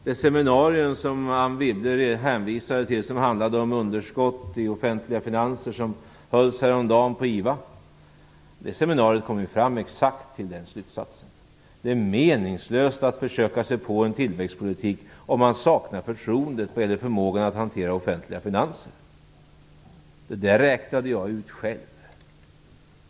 Det seminarium som Anne Wibble hänvisade till och som handlade om underskott i offentliga finanser hölls häromdagen på IVA. Det seminariet kom till exakt samma slutsats. Det är meningslöst att försöka sig på en tillväxtpolitik om man saknar förtroendet vad gäller förmågan att hantera offentliga finanser. Det räknade jag ut själv.